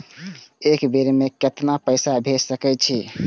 एक बेर में केतना पैसा भेज सके छी?